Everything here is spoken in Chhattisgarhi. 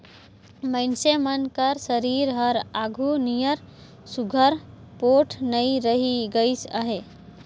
मइनसे मन कर सरीर हर आघु नियर सुग्घर पोठ नी रहि गइस अहे